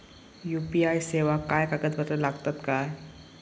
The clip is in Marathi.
यू.पी.आय सेवाक काय कागदपत्र लागतत काय?